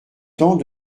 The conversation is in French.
temps